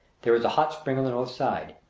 there is a hot spring on the north side,